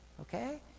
Okay